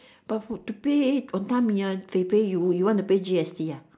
but food to pay wanton-mee ah they pay you want to pay G_S_T ah